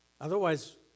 Otherwise